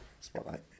Spotlight